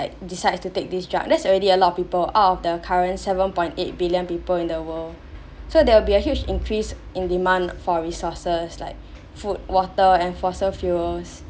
decide to take this drug that's already a lot of people out of the current seven point eight billion people in the world so there will be a huge increase in demand for resources like food water and fossil fuels